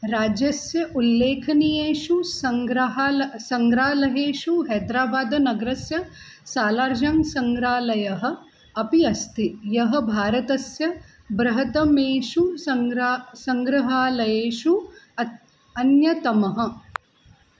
राज्यस्य उल्लेखनीयेषु सङ्ग्रहालयः सङ्ग्रालहेषु हैद्राबाद् नगरस्य सालार्जङ् सङ्ग्रहालयः अपि अस्ति यः भारतस्य बृहतमेषु सङ्ग्रहः सङ्ग्रहालयेषु अति अन्यतमः